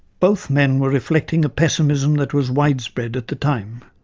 both men were reflecting a pessimism that was widespread at the time.